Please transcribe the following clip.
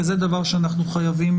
וזה דבר שאנחנו חייבים,